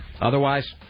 Otherwise